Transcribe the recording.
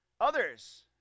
Others